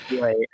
Right